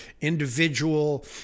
individual